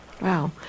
Wow